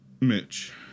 Mitch